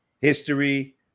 history